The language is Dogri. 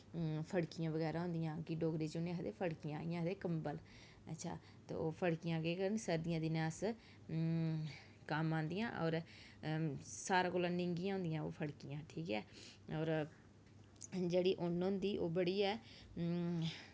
फड़कियां बगैरा होंदियां डोगरी च उनें गी आखदे फड़कियां इ'यां आखदे कम्बल अच्छा ते ओह् फड़कियां केह् करन सर्दियें दिनें अस कम्म आंदियां होर सारें कोला निंग्गियां होंदियां ओह् फड़कियां ठीक ऐ होर जेह्ड़ी उन्न होंदी ओह् बड़ी गै